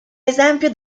esempio